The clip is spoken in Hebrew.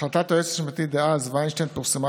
החלטת היועץ המשפטי דאז וינשטיין פורסמה